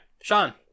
Sean